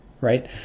right